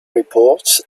reports